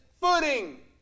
footing